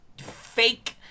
fake